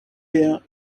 perd